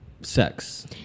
sex